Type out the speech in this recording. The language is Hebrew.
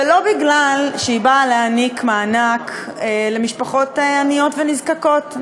ולא כי היא באה לתת מענק למשפחות עניות ונזקקות,